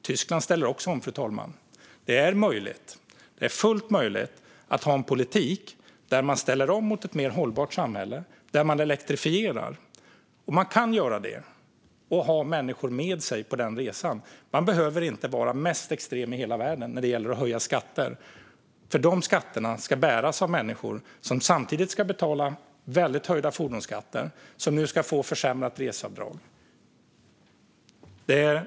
Tyskland ställer också om, fru talman. Det är fullt möjligt att ha en politik där man ställer om mot ett mer hållbart samhälle och elektrifierar och att samtidigt ha människor med sig på den resan. Man behöver inte vara mest extrem i hela världen när det gäller att höja skatter, för de skatterna ska bäras av människor som samtidigt ska betala väldigt kraftigt höjda fordonsskatter och nu ska få försämrat reseavdrag. Fru talman!